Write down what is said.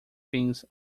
things